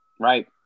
Right